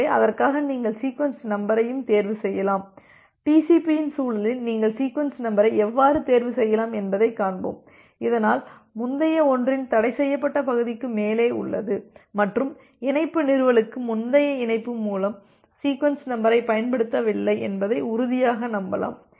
எனவே அதற்காக நீங்கள் சீக்வென்ஸ் நம்பரையும் தேர்வு செய்யலாம் டிசிபி இன் சூழலில் நீங்கள் சீக்வென்ஸ் நம்பரை எவ்வாறு தேர்வு செய்யலாம் என்பதைக் காண்போம் இதனால் முந்தைய ஒன்றின் தடைசெய்யப்பட்ட பகுதிக்கு மேலே உள்ளது மற்றும் இணைப்பு நிறுவலுக்கு முந்தைய இணைப்பு மூலம் சீக்வென்ஸ் நம்பரை பயன்படுத்தப்படவில்லை என்பதை உறுதியாக நம்பலாம்